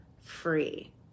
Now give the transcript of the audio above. free